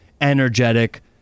energetic